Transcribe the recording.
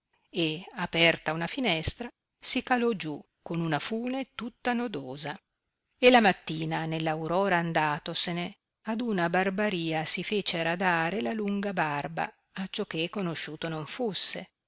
e aperta una finestra si calò giù con una fune tutta nodosa e la mattina nell aurora andatosene ad una barbaria si fece radare la lunga barba acciò che conosciuto non fusse